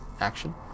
action